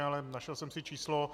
Ale našel jsem si číslo.